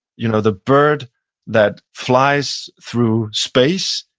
you know the bird that flies through space,